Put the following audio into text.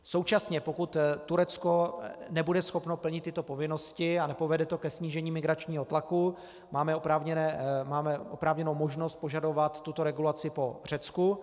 Současně, pokud Turecko nebude schopno plnit tyto povinnosti a nepovede to ke snížení migračního tlaku, máme oprávněnou možnost požadovat tuto regulaci po Řecku.